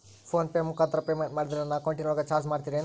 Phone pay ಮುಖಾಂತರ payment ಮಾಡಿದರೆ ನನ್ನ ಅಕೌಂಟಿನೊಳಗ ಚಾರ್ಜ್ ಮಾಡ್ತಿರೇನು?